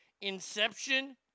inception